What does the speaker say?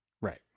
Right